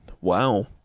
Wow